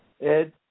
Ed